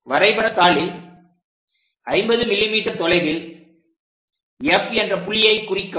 வரைபட தாளில் 50 mm தொலைவில் F என்ற புள்ளியை குறிக்கவும்